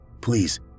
Please